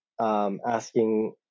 asking